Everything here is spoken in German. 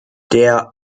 der